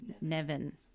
Nevin